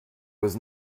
was